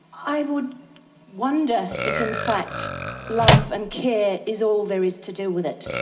i would wonder if in fact love and care is all there is to do with it.